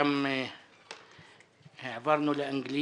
וגם העברנו לאנגלי